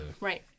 Right